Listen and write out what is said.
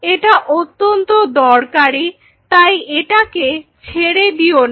এটা অত্যন্ত দরকারি তাই এটাকে ছেড়ে দিও না